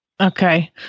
Okay